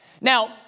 Now